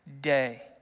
day